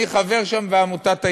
אני חבר שם בעמותת הידידים.